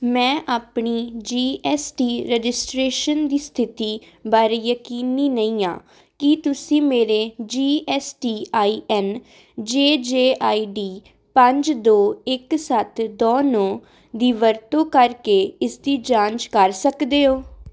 ਮੈਂ ਆਪਣੀ G S T registration ਦੀ ਸਥਿਤੀ ਬਾਰੇ ਯਕੀਨੀ ਨਹੀਂ ਹਾਂ ਕੀ ਤੁਸੀਂ ਮੇਰੇ G S T I N J J I D ਪੰਜ ਦੋ ਇੱਕ ਸੱਤ ਦੋ ਨੌ ਦੀ ਵਰਤੋਂ ਕਰਕੇ ਇਸ ਦੀ ਜਾਂਚ ਕਰ ਸਕਦੇ ਹੋ